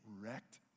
wrecked